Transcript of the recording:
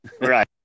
Right